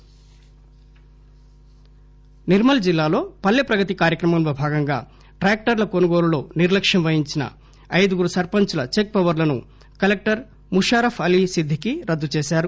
check power Nirmal జిల్లాలో పల్లె ప్రగతి కార్యక్రమంలో భాగంగా ట్రాక్టర్ల కొనుగోలులో నిర్లక్ష్యం వహించిన ఐదుగురు సర్సంచ్ ల చెక్ పవర్ లను కలెక్టర్ ముషారఫ్ అలీ సిద్దికి రద్దు చేశారు